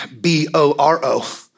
b-o-r-o